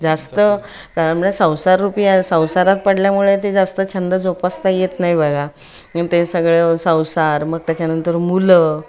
जास्त कारण म्हणे संसार रुपी आहे संसारात पडल्यामुळे ते जास्त छंद जोपासता येत नाही बघा मग ते सगळं संसार मग त्याच्यानंतर मुलं